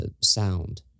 sound